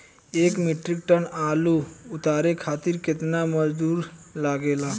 एक metric ton आलू उतारे खातिर केतना मजदूरी लागेला?